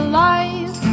life